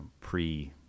pre